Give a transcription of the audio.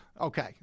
Okay